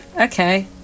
okay